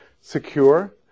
secure